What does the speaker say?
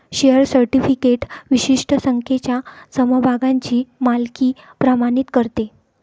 share certificate विशिष्ट संख्येच्या समभागांची मालकी प्रमाणित करते